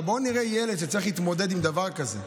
אבל בואו נראה ילד שצריך להתמודד עם דבר כזה.